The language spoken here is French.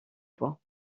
bois